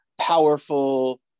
powerful